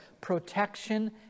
protection